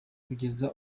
kugeza